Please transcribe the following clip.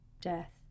death